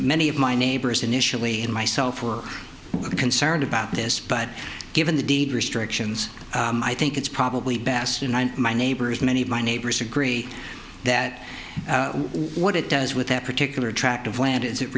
many of my neighbors initially and myself were concerned about this but given the deed restrictions i think it's probably best and my neighbors many of my neighbors agree that what it does with that particular tract of land is it